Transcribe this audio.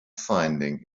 finding